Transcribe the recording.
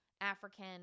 African